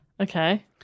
Okay